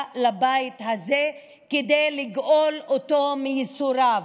לבית הזה כדי לגאול אותו מייסוריו.